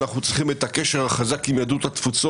ואנחנו צריכים את הקשר החזק עם יהדות התפוצות,